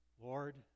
Lord